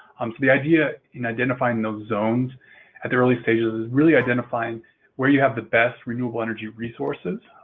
um so, the idea in identifying those zones at the early stages is really identifying where you have the best renewable energy resources.